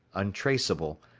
untraceable,